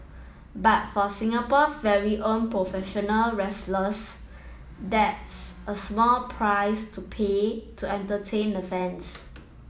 but for Singapore's very own professional wrestlers that's a small price to pay to entertain the fans